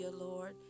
Lord